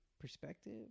Perspective